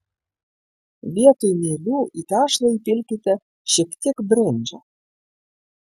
vietoj mielių į tešlą įpilkite šiek tiek brendžio